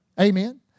Amen